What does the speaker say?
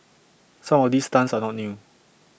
some of these stunts are not new